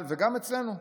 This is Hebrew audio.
גם אצלנו,